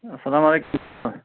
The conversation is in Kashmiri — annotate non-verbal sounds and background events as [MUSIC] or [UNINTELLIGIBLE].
اَلسلام [UNINTELLIGIBLE]